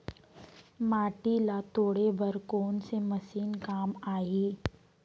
माटी ल तोड़े बर कोन से मशीन काम आही?